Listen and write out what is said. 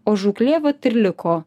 o žūklė vat ir liko